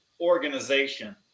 organization